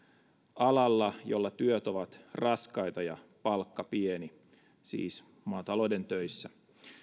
alalla jolla työt ovat raskaita ja palkka pieni siis maatalouden töissä